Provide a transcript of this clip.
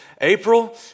April